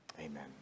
amen